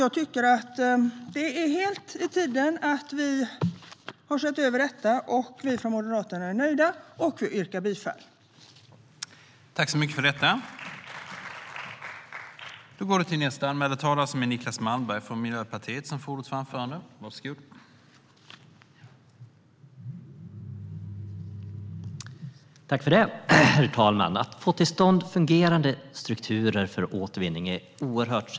Jag tycker att det är helt i tiden att vi har sett över detta. Vi från Moderaterna är nöjda, och jag yrkar bifall till utskottets förslag i betänkandet.